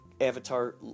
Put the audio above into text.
avatar